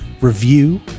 review